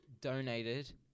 donated